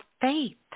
faith